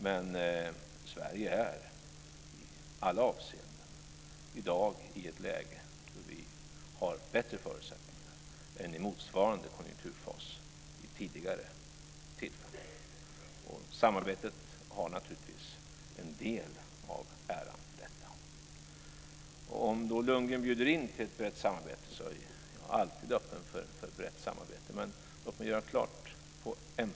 Men Sverige är i alla avseenden i dag i ett läge då vi har bättre förutsättningar än vad vi hade i motsvarande konjunkturfas vid tidigare tillfällen. Samarbetet kan naturligtvis ta åt sig en del av äran för detta. Om Bo Lundgren bjuder in till ett brett samarbete är jag alltid öppen för ett sådant. Men låt mig göra ett klarläggande på en punkt.